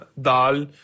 dal